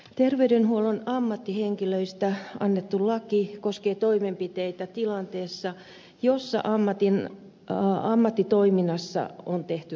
terveydenhuollon ammattihenkilöistä annettu laki koskee toimenpiteitä tilanteessa jossa ammattitoiminnassa on tehty rikos